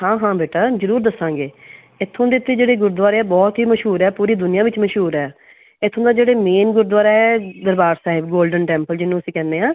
ਹਾਂ ਹਾਂ ਬੇਟਾ ਜ਼ਰੂਰ ਦੱਸਾਂਗੇ ਇੱਥੋਂ ਦੇ ਤਾਂ ਜਿਹੜੇ ਗੁਰਦੁਆਰੇ ਆ ਬਹੁਤ ਹੀ ਮਸ਼ਹੂਰ ਹੈ ਪੂਰੀ ਦੁਨੀਆ ਵਿੱਚ ਮਸ਼ਹੂਰ ਹੈ ਇੱਥੋਂ ਦਾ ਜਿਹੜੇ ਮੇਨ ਗੁਰਦੁਆਰਾ ਹੈ ਦਰਬਾਰ ਸਾਹਿਬ ਗੋਲਡਨ ਟੈਂਪਲ ਜਿਹਨੂੰ ਅਸੀਂ ਕਹਿੰਦੇ ਹਾਂ